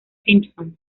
simpson